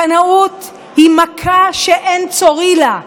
קנאות היא מכה שאין צורי לה.